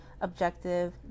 objective